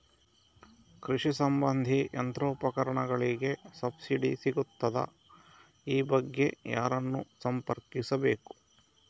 ಕೃಷಿ ಸಂಬಂಧಿ ಯಂತ್ರೋಪಕರಣಗಳಿಗೆ ಸಬ್ಸಿಡಿ ಸಿಗುತ್ತದಾ? ಈ ಬಗ್ಗೆ ಯಾರನ್ನು ಸಂಪರ್ಕಿಸಬೇಕು?